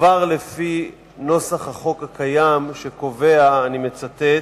כבר לפי נוסח החוק הקיים, שקובע, אני מצטט,